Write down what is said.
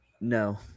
No